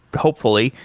hopefully,